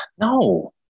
No